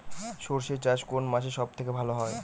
সর্ষে চাষ কোন মাসে সব থেকে ভালো হয়?